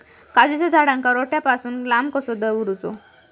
काजूच्या झाडांका रोट्या पासून लांब कसो दवरूचो?